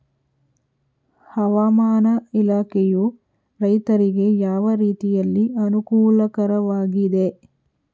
ಹವಾಮಾನ ಇಲಾಖೆಯು ರೈತರಿಗೆ ಯಾವ ರೀತಿಯಲ್ಲಿ ಅನುಕೂಲಕರವಾಗಿದೆ?